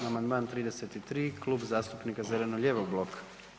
Amandman 33 Klub zastupnika zeleno-lijevog bloka.